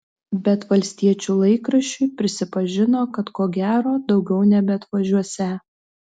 bet valstiečių laikraščiui prisipažino kad ko gero daugiau nebeatvažiuosią